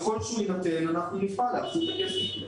ככל שהוא יינתן אנחנו נפעל להחזיר את הכסף.